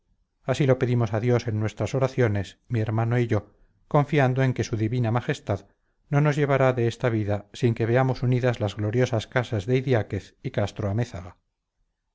así lo pedimos a dios en nuestras oraciones mi hermano y yo confiando en que su divina majestad no nos llevará de esta vida sin que veamos unidas las gloriosas casas de idiáquez y castro-amézaga